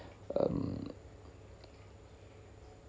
um